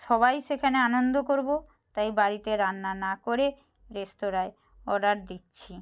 সবাই সেখানে আনন্দ করবো তাই বাড়িতে রান্না না করে রেস্তোরাঁয় অর্ডার দিচ্ছি